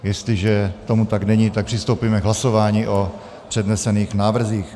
Jestliže tomu tak není, přistoupíme k hlasování o přednesených návrzích.